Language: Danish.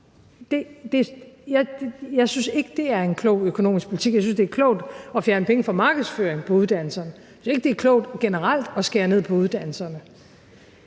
Jeg synes ikke, det er en klog økonomisk politik. Jeg synes, det er klogt at fjerne penge fra markedsføring på uddannelserne; jeg synes ikke, det er klogt generelt at skære ned på uddannelserne.